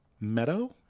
Meadow